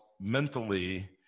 mentally